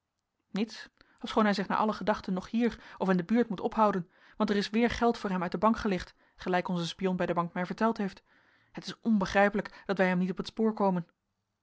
niets ofschoon hij zich naar alle gedachten nog hier of in de buurt moet ophouden want er is weer geld voor hem uit de bank gelicht gelijk onze spion bij de bank mij verteld heeft het is onbegrijpelijk dat wij hem niet op het spoor komen